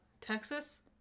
Texas